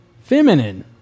feminine